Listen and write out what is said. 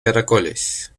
caracoles